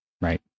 right